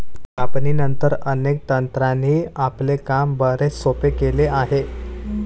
कापणीनंतर, अनेक तंत्रांनी आपले काम बरेच सोपे केले आहे